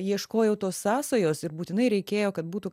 ieškojau tos sąsajos ir būtinai reikėjo kad būtų